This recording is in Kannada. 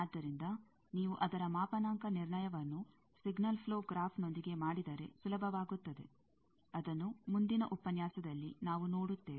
ಆದ್ದರಿಂದ ನೀವು ಅದರ ಮಾಪಣಾಂಕ ನಿರ್ಣಯವನ್ನು ಸಿಗ್ನಲ್ ಪ್ಲೋ ಗ್ರಾಫ್ನೊಂದಿಗೆ ಮಾಡಿದರೆ ಸುಲಭವಾಗುತ್ತದೆ ಅದನ್ನು ಮುಂದಿನ ಉಪನ್ಯಾಸದಲ್ಲಿ ನಾವು ನೋಡುತ್ತೇವೆ